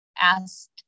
asked